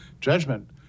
judgment